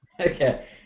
Okay